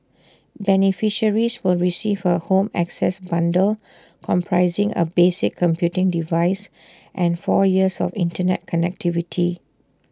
beneficiaries will receive A home access bundle comprising A basic computing device and four years of Internet connectivity